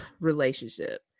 relationship